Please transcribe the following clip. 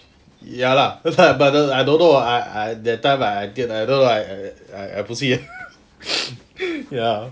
ya lah that's why but I don't know I I that time I think although I